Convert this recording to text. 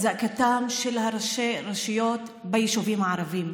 זעקתם של ראשי הרשויות ביישובים הערביים,